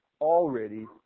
already